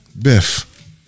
Biff